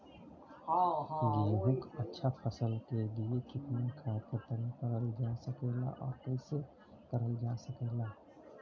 गेहूँक अच्छा फसल क लिए कितना खाद के प्रयोग करल जा सकेला और कैसे करल जा सकेला?